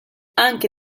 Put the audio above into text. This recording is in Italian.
anche